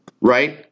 right